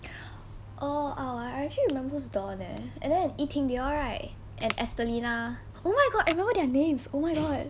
oh uh I actually remember who's dawn eh and then yi ting they all right and estelina oh my god I remember their names oh my god